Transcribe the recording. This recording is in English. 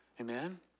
Amen